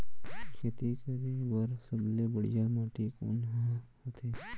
खेती करे बर सबले बढ़िया माटी कोन हा होथे?